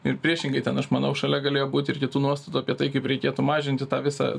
ir priešingai ten aš manau šalia galėjo būt ir kitų nuostatų apie tai kaip reikėtų mažinti tą visą